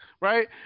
Right